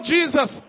Jesus